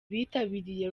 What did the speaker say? bitabiriye